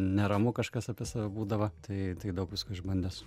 neramu kažkas apie save būdavo tai tai daug visko išbandęs